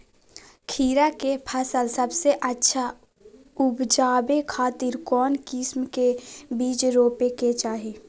खीरा के फसल सबसे अच्छा उबजावे खातिर कौन किस्म के बीज रोपे के चाही?